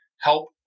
help